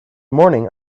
morning